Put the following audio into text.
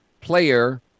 player